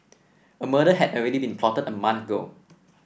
a murder had already been plotted a month ago